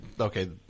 Okay